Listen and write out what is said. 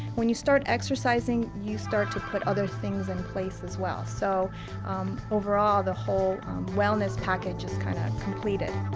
when you start exercising, you start to put other things in place as well. so overall, the whole wellness package is kinda completed.